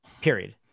period